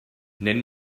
nenn